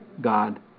God